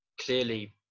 Clearly